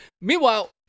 Meanwhile